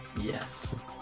Yes